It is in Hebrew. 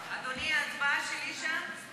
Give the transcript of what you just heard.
אדוני, ההצבעה שלי שם?